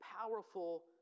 powerful